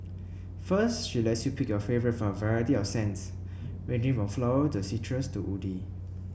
first she lets you pick your favourite from a variety of scents ranging from floral to citrus to woody